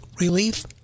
relief